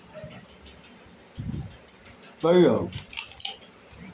निष्पक्ष व्यापार विकासशील देसन के व्यापार विकास खातिर बनावल गईल बाटे